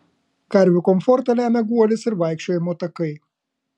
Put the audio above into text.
karvių komfortą lemia guolis ir vaikščiojimo takai